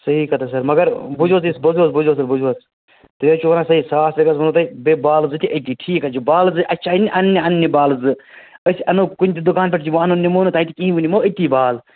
صحیح کَتھ حظ سَر مگر بوٗزِو حظ تُہۍ بوٗزِو حظ بوٗزِو حظ سَر بوٗزِو حظ تُہۍ حظ چھُو وَنان صحیح ساس رۄپیہِ حظ ووٚنوُ تۄہہِ بیٚیہِ بالہٕ زٕ تہِ أتی ٹھیٖک حظ چھُ بالہٕ زٕ اَسہِ چھِ انٛنہِ انٛنہِ انٛنہِ بالہٕ زٕ أسۍ اَنو کُنۍ تہِ دُکان پٮ۪ٹھ یہِ وۄنۍ اَنو نہٕ نِمو نہٕ تَتہِ کِہیٖنۍ وۄنۍ نِمو أتی بالہٕ